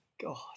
God